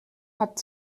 hat